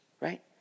right